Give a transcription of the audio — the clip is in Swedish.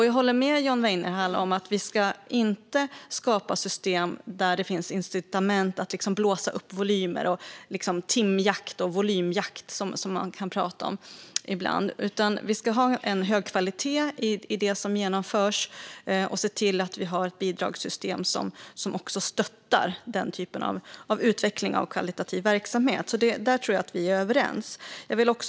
Jag håller med John Weinerhall om att vi inte ska skapa system där det finns incitament att blåsa upp volymer och incitament till timjakt eller volymjakt, som man kan prata om ibland. Vi ska ha en hög kvalitet i det som genomförs och se till att vi har ett bidragssystem som stöttar utveckling av kvalitativ verksamhet. Där tror jag att John Weinerhall och jag är överens.